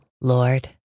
Lord